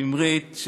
ושמרית,